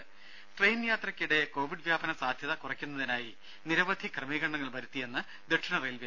രുമ ട്രയിൻ യാത്രയ്ക്കിടെ കോവിഡ് വ്യാപന സാധ്യത കുറയ്ക്കുന്നതിനായി നിരവധി ക്രമീകരണങ്ങൾ വരുത്തിയെന്ന് ദക്ഷിണ റെയിൽവേ